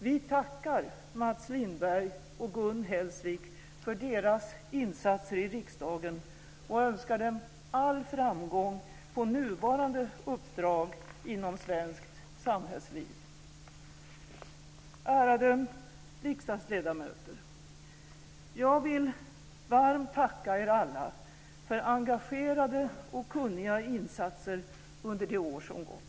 Vi tackar Mats Lindberg och Gun Hellsvik för deras insatser i riksdagen och önskar dem all framgång på nuvarande uppdrag inom svenskt samhällsliv. Ärade riksdagsledamöter! Jag vill varmt tacka er alla för engagerade och kunniga insatser under det år som gått.